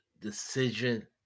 decision